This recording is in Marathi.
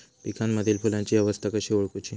पिकांमदिल फुलांची अवस्था कशी ओळखुची?